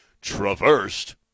traversed